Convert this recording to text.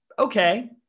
Okay